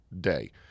day